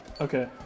Okay